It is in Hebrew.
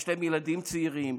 יש להם ילדים צעירים,